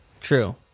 True